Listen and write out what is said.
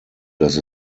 dass